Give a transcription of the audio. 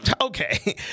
okay